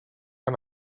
aan